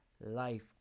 life